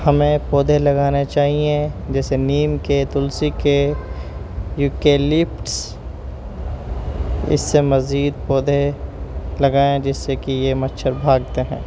ہمیں پودے لگانے چاہییں جیسے نیم کے تلسی کے یوکلپٹس اس سے مزید پودھے لگائیں جس سے کہ یہ مچھر بھاگتے ہیں